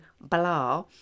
blah